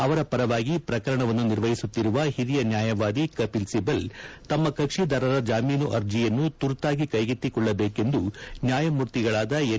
ಅವರ ಪರವಾಗಿ ಪ್ರಕರಣವನ್ನು ನಿರ್ವಹಿಸುತ್ತಿರುವ ಹಿರಿಯ ನ್ಯಾಯವಾದಿ ಕಪಿಲ್ ಸಿಬಲ್ ತಮ್ಮ ಕಕ್ಷೀದಾರರ ಜಾಮೀನು ಅರ್ಜಿಯನ್ನು ತುರ್ತಾಗಿ ಕೈಗೆತ್ತಿಕೊಳ್ಳಬೇಕೆಂದು ನ್ಯಾಯಮೂರ್ತಿಗಳಾದ ಎನ್